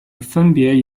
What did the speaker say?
分别